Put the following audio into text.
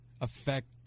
affect